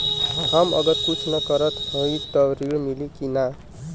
हम अगर कुछ न करत हई त ऋण मिली कि ना?